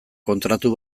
kontratu